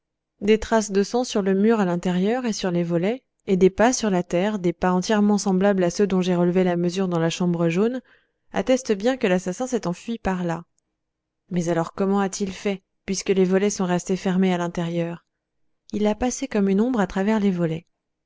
des traces de sang sur le mur à l'intérieur et sur les volets et des pas sur la terre des pas entièrement semblables à ceux dont j'ai relevé la mesure dans la chambre jaune attestent bien que l'assassin s'est enfui par là mais alors comment a-t-il fait puisque les volets sont restés fermés à l'intérieur il a passé comme une ombre à travers les volets